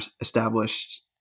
established